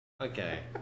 Okay